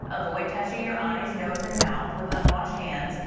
avoid touching your eyes, nose, and mouth with unwashed hands.